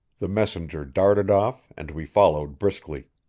the messenger darted off and we followed briskly.